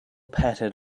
pattered